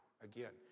Again